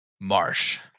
Marsh